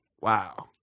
Wow